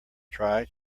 try